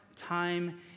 time